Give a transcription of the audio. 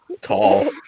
tall